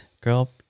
Girl